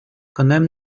конем